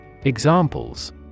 Examples